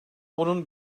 bunun